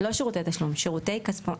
לא שירותי תשלום, שירותי כספומט.